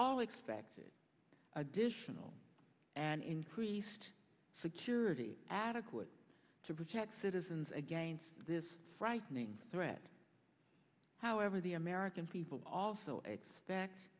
all expected additional and increased security adequate to protect citizens against this frightening threat however the american people also